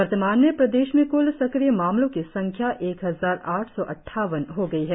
वर्तमान में प्रदेश में क्ल सक्रिय मामलों की संख्या एक हजार आठ सौ अद्वावन हो गई है